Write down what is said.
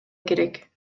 керек